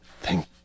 Thank